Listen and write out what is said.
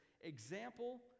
example